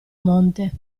monte